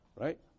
right